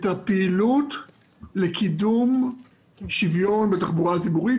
הפעילות לקידום שוויון בתחבורה הציבורית,